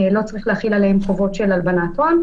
לא צריך להחיל עליהם חובות של הלבנת הון,